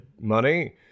money